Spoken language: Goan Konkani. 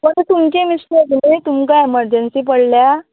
जाल्या तुमचें मिस्टेक न्हू तुमकां एमरजंसी पडल्या